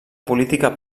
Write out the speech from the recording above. política